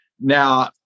Now